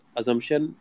assumption